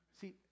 See